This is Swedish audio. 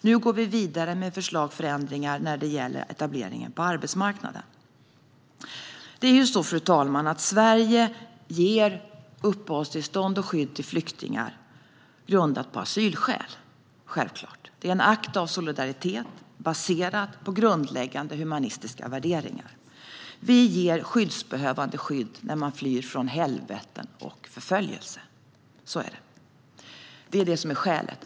Nu går vi vidare med förslag på förändringar för etableringen på arbetsmarknaden. Fru talman! Sverige ger uppehållstillstånd och skydd till flyktingar, och detta är självklart grundat på asylskäl. Det är en akt av solidaritet baserad på grundläggande humanistiska värderingar. Vi ger skyddsbehövande skydd när de flyr från helveten och förföljelse. Detta är skälet.